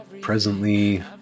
Presently